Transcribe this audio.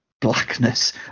blackness